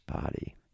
body